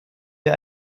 wir